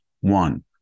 One